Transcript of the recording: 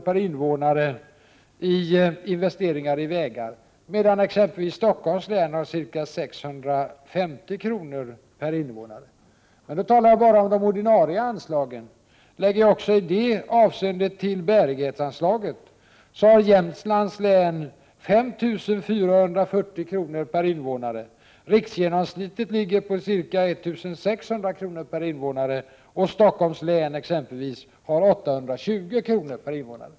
per invånare i vägar, medan exempelvis Stockholms län investerar ca 650 kr. per invånare. Men då talar jag bara om det ordinarie anslaget. Lägger jag också i det avseendet till bärighetsanslaget disponerar Jämtlands län 5 440 kr. per invånare. Riksgenomsnittet ligger på ca 1600 kr. per invånare och i exempelvis Stockholms län på 820 kr. per invånare.